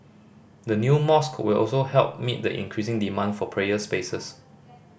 the new mosque will also help meet the increasing demand for prayer spaces